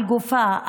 על גופה,